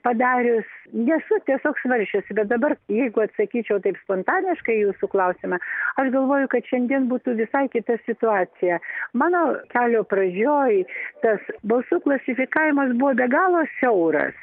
padarius nesu tiesiog svarsčiusi bet dabar jeigu atsakyčiau taip spontaniškai į jūsų klausimas aš galvoju kad šiandien būtų visai kita situacija mano kelio pradžioj tas balsų klasifikavimas buvo be galo siauras